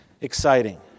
Exciting